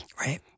Right